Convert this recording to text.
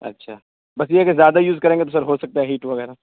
اچھا بس یہ ہے کہ زیادہ یوز کریں گے تو ہو سکتا ہے ہیٹ وغیرہ